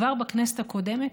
כבר בכנסת הקודמת,